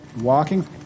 walking